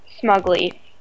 smugly